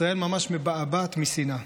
ישראל ממש מבעבעת משנאה.